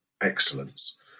excellence